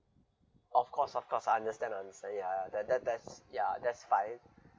of course of course I understand I understand ya that that that's ya that's fine